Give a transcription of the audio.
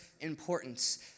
importance